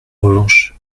revanche